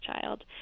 child